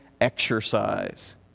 exercise